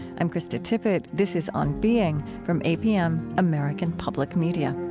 i'm krista tippett. this is on being from apm, american public media